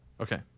Okay